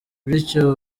bityo